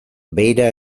beira